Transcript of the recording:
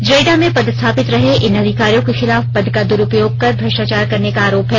ज्रेडा में पदस्थापित रहे इन अधिकारियों के खिलाफ पद का द्रुपयोग केर भ्रष्टाचार करने का आरोप है